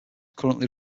currently